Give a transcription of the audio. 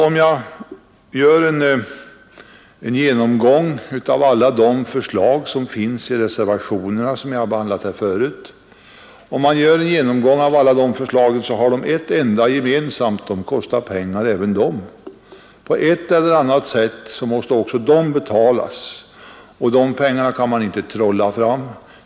Om jag gör en genomgång av alla de förslag som finns i de reservationer jag har behandlat här förut finner jag att de alla har ett gemensamt: även de kostar pengar. De pengarna kan man inte trolla bort, utan de måste skaffas på ett eller annat sätt.